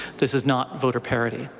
this is not voter parity.